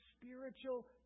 spiritual